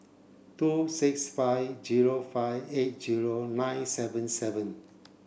two six five zero five eight zero nine seven seven